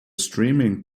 streaming